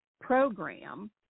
program